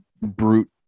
brute